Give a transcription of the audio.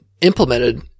implemented